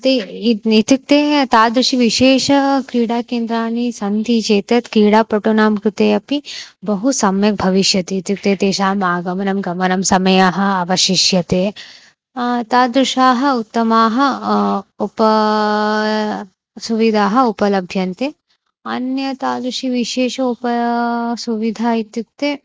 ते इत्युक्ते तादृशविशेषक्रीडाकेन्द्राणि सन्ति चेत् क्रीडापटूनां कृते अपि बहु सम्यक् भविष्यति इत्युक्ते तेषाम् आगमनं गमनं समयः अवशिष्यते तादृशाः उत्तमाः उप सुविधाः उपलभ्यन्ते अन्यत्तादृशविशेष उपसुविधा इत्युक्ते